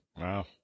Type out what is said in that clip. Wow